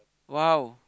!wow!